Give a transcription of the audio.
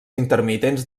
intermitents